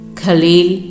Khalil